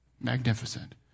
Magnificent